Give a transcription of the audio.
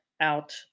out